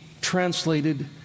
translated